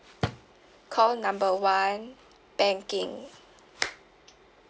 call number one banking